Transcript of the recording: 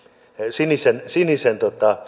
sinisen sinisen